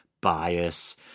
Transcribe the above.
bias